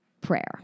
prayer